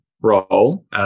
role